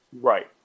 Right